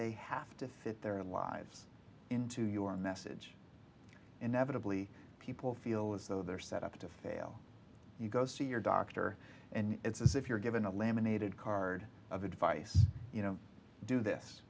they have to fit their lives into your message inevitably people feel as though they're set up to fail you go see your doctor and it's as if you're given a laminated card of advice you know do this